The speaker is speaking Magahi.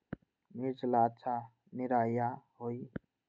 मिर्च ला अच्छा निरैया होई?